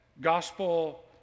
gospel